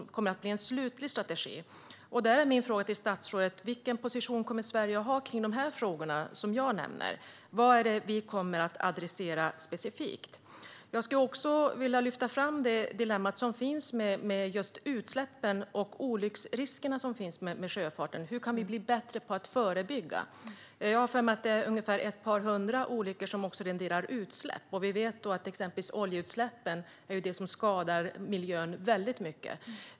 Detta kommer att utmynna i en slutlig strategi. Min fråga till statsrådet är: Vilken position kommer Sverige att ha vad gäller de frågor som jag nämner? Vad kommer vi att adressera specifikt? Jag vill även lyfta fram det dilemma som finns med utsläppen och olycksriskerna kring sjöfarten. Hur kan vi bli bättre på att förebygga detta? Jag har för mig att ett par hundra olyckor även renderar utsläpp. Vi vet att exempelvis oljeutsläppen skadar miljön väldigt mycket.